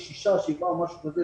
יש שישה או שבעה או משהו כזה,